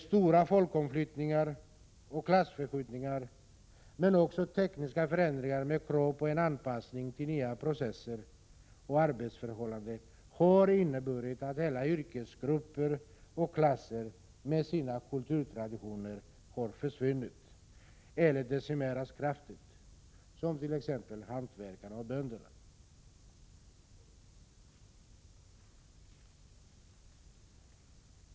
Stora folkomflyttningar och klassförskjutningar men också tekniska förändringar med krav på anpassning till nya processer och arbetsförhållanden har inneburit att hela yrkesgrupper och klasser med sina kulturtraditioner har försvunnit eller decimerats kraftigt, t.ex. hantverkarna och bönderna.